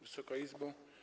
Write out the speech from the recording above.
Wysoka Izbo!